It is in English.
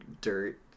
dirt